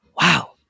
Wow